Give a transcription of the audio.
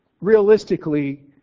realistically